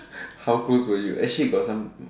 how close were you actually got some